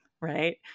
right